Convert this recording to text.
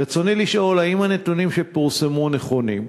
רצוני לשאול: 1. האם הנתונים שפורסמו נכונים?